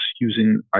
using